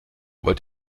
wollt